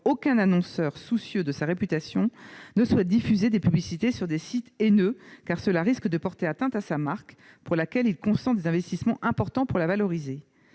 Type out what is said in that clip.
aucun annonceur soucieux de sa réputation ne souhaite diffuser des publicités sur des sites haineux, car cela risque de porter atteinte à sa marque alors qu'il consent des investissements importants pour la valoriser.